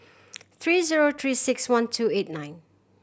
three zero Three Six One two eight nine